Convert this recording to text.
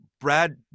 Brad